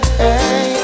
hey